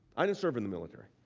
i didn't serve in the military.